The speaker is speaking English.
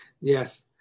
Yes